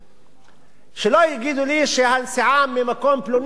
שלא יגידו לי שהנסיעה ממקום פלוני היא על-פי קילומטרז'.